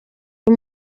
uyu